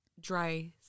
dry